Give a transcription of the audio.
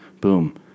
Boom